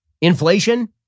Inflation